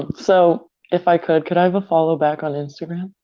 so, if i could, could i have a follow back on instagram?